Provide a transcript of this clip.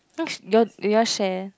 no do do you all share